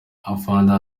afande